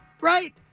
Right